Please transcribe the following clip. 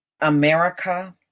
America